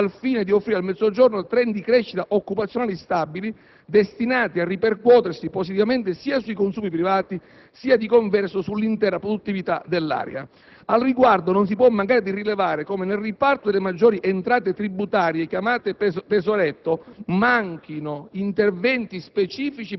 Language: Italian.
al fine di offrire al Mezzogiorno *trend* di crescita occupazionale stabili, destinati a ripercuotersi positivamente sia sui consumi privati, sia, di converso, sull'intera produttività dell'area. Al riguardo, non si può mancare di rilevare come nel riparto delle maggiori entrate tributarie rilevate (il cosiddetto tesoretto) manchino interventi specifici